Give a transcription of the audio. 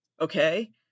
Okay